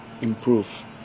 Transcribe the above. improve